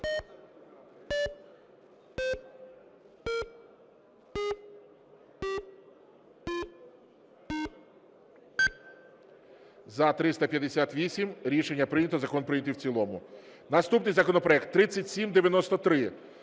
За – 350 Рішення прийнято. Закон прийнятий в цілому. Наступний законопроект 7185